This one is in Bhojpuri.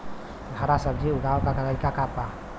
हरा सब्जी उगाव का तरीका बताई?